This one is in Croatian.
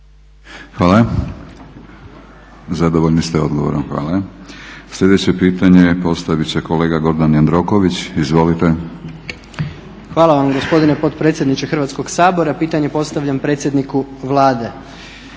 Hvala. Zadovoljni ste odgovorom. Hvala. Sljedeće pitanje postavit će kolega Gordan Jandroković. Izvolite. **Jandroković, Gordan (HDZ)** Hvala vam gospodine potpredsjedniče Hrvatskog sabora. Pitanje postavljam predsjedniku Vlade.